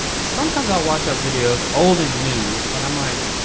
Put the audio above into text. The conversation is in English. sometimes i'll watch our videos old and new. and i'm like,